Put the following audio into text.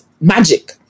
magic